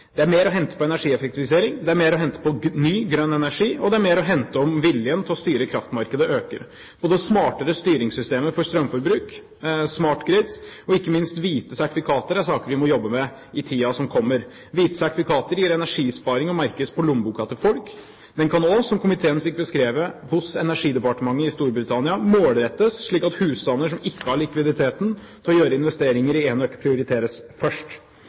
Det er mer å hente på energieffektivisering. Det er mer å hente på ny, grønn energi, og det er mer å hente om viljen til å styre kraftmarkedet øker. Både smartere styringssystemer for strømforbruk, Smart Grid, og ikke minst hvite sertifikater, er saker vi må jobbe med i tiden som kommer. Hvite sertifikater gir energisparing og merkes på lommeboken til folk. Dette kan også, som komiteen fikk beskrevet hos energidepartementet i Storbritannia, målrettes slik at husstander som ikke har likviditet til å gjøre investeringer i enøk, prioriteres først.